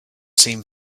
seemed